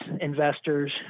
investors